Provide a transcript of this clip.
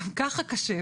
גם כך קשה,